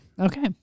Okay